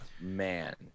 Man